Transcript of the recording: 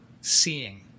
seeing